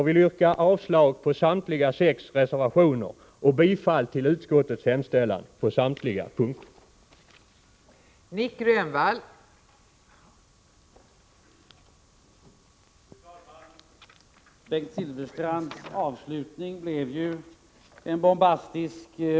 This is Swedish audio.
Jag yrkar avslag på samtliga sex reservationer och bifall till utskottets hemställan på samtliga punkter.